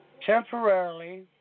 temporarily